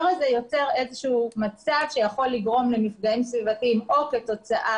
הזה יוצר איזשהו מצג שיכול לגרום למפגעים סביבתיים או כתוצאה